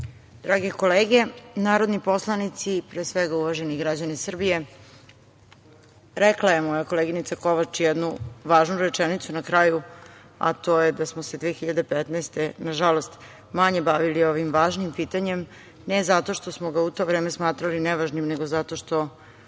drage kolege narodni poslanici, pre svega uvaženi građani Srbije, rekla je moja koleginica Kovač jednu važnu rečenicu na kraju, a to je da smo se 2015. godine, nažalost, manje bavili ovim važnim pitanjem, ne zato što smo ga u to vreme smatrali nevažnim, nego zato što